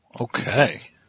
Okay